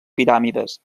piràmides